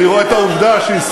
אבל אנחנו כן.